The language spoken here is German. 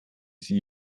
sie